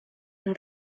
una